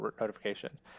notification